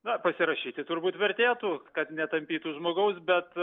na pasirašyti turbūt vertėtų kad netampytų žmogaus bet